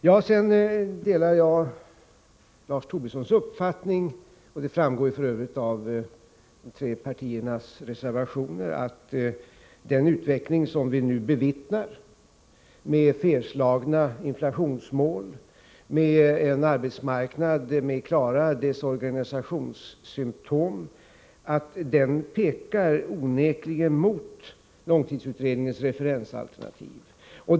Jag delar Lars Tobissons uppfattning — det framgår f. ö. av de tre borgerliga partiernas reservationer — att den utveckling som vi nu bevittnar med felslagna inflationsmål och med en arbetsmarknad som har klara desorganisationssymptom onekligen pekar mot långtidsutredningens referensalternativ.